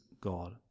God